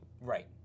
right